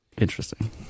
Interesting